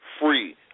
Free